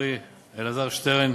חברי אלעזר שטרן,